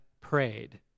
prayed